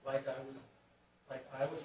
like i was like i was